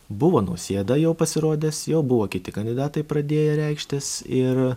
buvo nausėda jau pasirodęs jau buvo kiti kandidatai pradėję reikštis ir